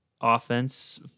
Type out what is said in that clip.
offense